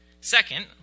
Second